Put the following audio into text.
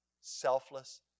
selfless